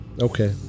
Okay